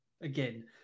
again